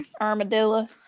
Armadillo